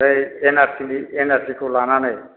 बै एनआरसिनि एनआरसिखौ लानानै